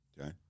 Okay